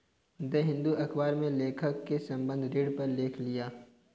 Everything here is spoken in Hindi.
द हिंदू अखबार में लेखक ने संबंद्ध ऋण पर लेख लिखा